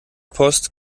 post